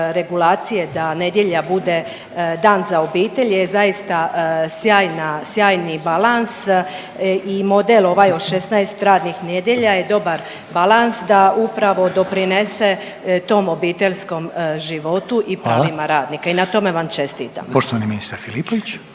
da nedjelja bude dan za obitelj je zaista sjajni balans i model ovaj od 16 radnih nedjelja je dobar balans da upravo doprinese tom obiteljskom životu i pravima radnika i na tome vam čestitam.